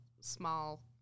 small